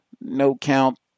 no-count